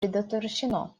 предотвращено